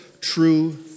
true